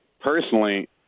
personally